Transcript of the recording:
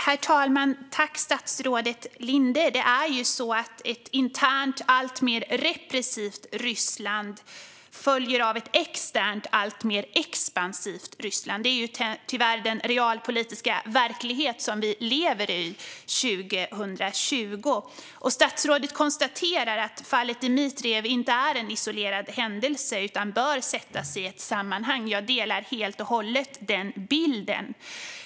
Herr talman! Ett internt alltmer repressivt Ryssland följer av ett externt alltmer expansivt Ryssland. Det är tyvärr den realpolitiska verklighet som vi lever i 2020. Statsrådet konstaterar att fallet Dmitrijev inte är en isolerad händelse utan bör sättas i ett sammanhang. Jag delar helt och hållet den bilden.